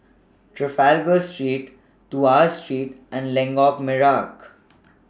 Trafalgar Street Tuas Street and Lengkok Merak